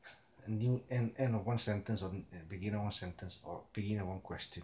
a new end end of one sentence or beginning of one sentence or beginning of one question